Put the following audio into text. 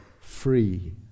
free